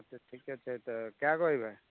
हँ से ठीके छै तऽ कै गो एबै